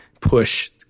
push